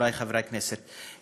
חברי חברי הכנסת,